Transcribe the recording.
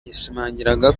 yashimangiraga